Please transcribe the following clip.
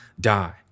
die